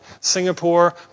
Singapore